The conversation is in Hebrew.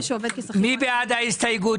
מי בעד ההסתייגות?